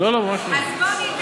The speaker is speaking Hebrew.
איציק,